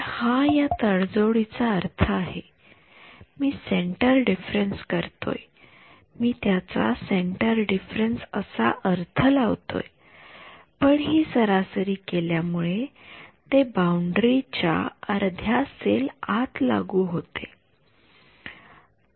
तर हा त्या तडजोडीचा अर्थ आहे मी सेन्टर डिफरन्स करतोय मी त्याचा सेन्टर डिफरन्स असा अर्थ लावतोय पण हि सरासरी केल्या मुळे ते बाउंडरी च्या अर्धा सेल आत लागू होतेय